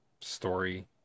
story